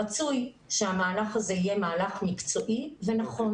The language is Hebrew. רצוי שהמהלך הזה יהיה מהלך מקצועי ונכון.